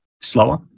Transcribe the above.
slower